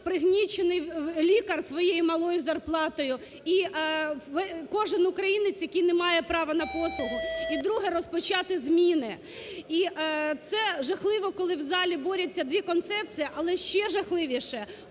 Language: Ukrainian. пригнічений лікар своєю малою зарплатою, і кожен українець, який не має права на послугу. І друге. Розпочати зміни. І це жахливо, коли в залі борються дві концепції, але ще жахливіше,